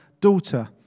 Daughter